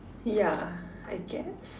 yeah I guess